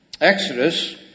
Exodus